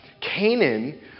Canaan